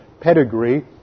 pedigree